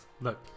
Look